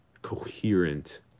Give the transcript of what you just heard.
coherent